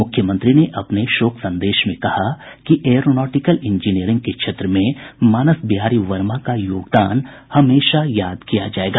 मुख्यमंत्री ने अपने शोक संदेश में कहा कि एयरोनॉटिकल इंजीनियरिंग के क्षेत्र में मानस बिहारी वर्मा का योगदान हमेशा याद किया जायेगा